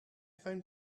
find